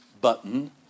button